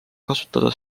kasutada